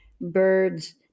birds